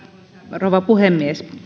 rouva puhemies